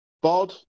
Bod